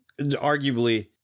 arguably